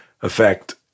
affect